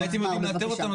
אם הייתם יודעים לאתר אותם,